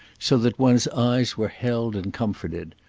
so that one's eyes were held and comforted.